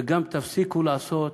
וגם תפסיקו לעשות